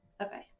Okay